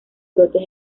brotes